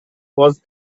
was